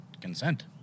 consent